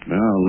Now